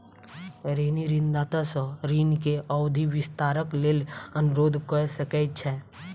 ऋणी ऋणदाता सॅ ऋण के अवधि विस्तारक लेल अनुरोध कय सकै छै